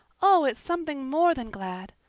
oh, it's something more than glad.